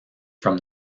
from